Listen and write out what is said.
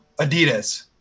Adidas